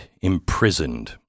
imprisoned